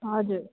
हजुर